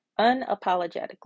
unapologetically